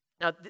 Now